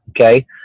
Okay